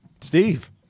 Steve